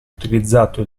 utilizzato